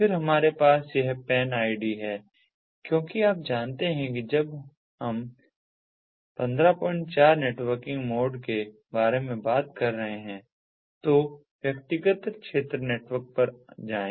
फिर हमारे पास यह PAN आईडी है क्योंकि आप जानते हैं कि जब हम 154 नेटवर्किंग मोड के बारे में बात कर रहे हैं तो व्यक्तिगत क्षेत्र नेटवर्क पर जाएं